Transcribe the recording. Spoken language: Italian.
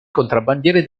contrabbandieri